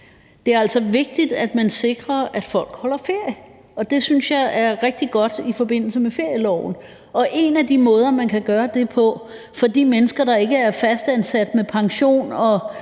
Det er altså vigtigt, at man sikrer, at folk holder ferie, og det synes jeg er rigtig godt i forbindelse med ferieloven, og det er en af de måder, man kan gøre det på. For de mennesker, der ikke er fastansat med pension